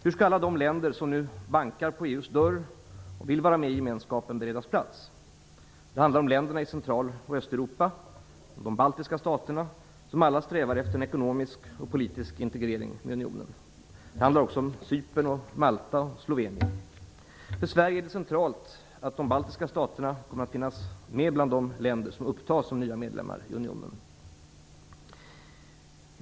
Hur skall alla de länder som nu bankar på EU:s dörr och vill vara med i gemenskapen beredas plats? Det handlar om länderna i Central och Östeuropa liksom de baltiska staterna som alla strävar efter en ekonomisk och politisk integrering i unionen. Det handlar också om Cypern, Malta och Slovenien. För Sverige är det centralt att de baltiska staterna kommer att finnas med bland de länder som upptas som nya medlemmar i unionen.